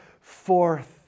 forth